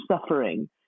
suffering